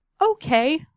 okay